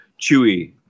Chewie